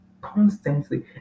constantly